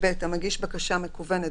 "(ב) המגיש בקשה מקוונת,